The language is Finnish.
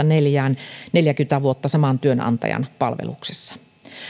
neljään neljäkymmentä vuotta saman työnantajan palveluksessa